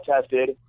tested